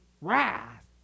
Wrath